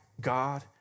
God